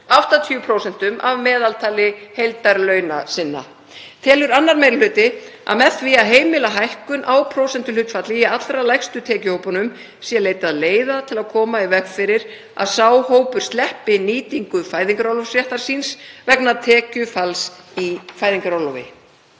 80% af meðaltali heildarlauna sinna. Telur 2. minni hluti að með því að heimila hækkun á prósentuhlutfalli í allra lægstu tekjuhópunum sé leitað leiða til að koma í veg fyrir að sá hópur sleppi nýtingu fæðingarorlofsréttar síns vegna tekjufalls í fæðingarorlofi.